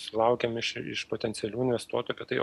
sulaukėm iš iš potencialių investuotojų kadapie tai o